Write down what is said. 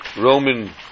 Roman